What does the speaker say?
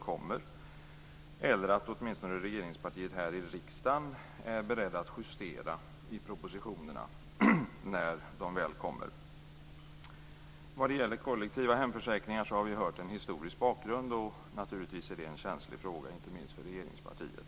kommer eller också att åtminstone regeringspartiet här i riksdagen är berett att justera i propositionerna när de väl kommer. Vad gäller kollektiva hemförsäkringar har vi här fått en historisk bakgrund. Naturligtvis är detta en känslig fråga, inte minst för regeringspartiet.